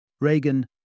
Reagan